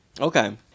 Okay